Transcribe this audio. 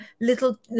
little